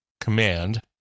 command